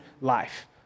life